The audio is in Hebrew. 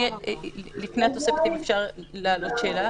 לפני התוספת אם אפשר להעלות שאלה,